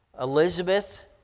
Elizabeth